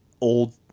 old